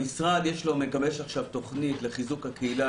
המשרד מגבש עכשיו תכנית לחיזוק הקהילה,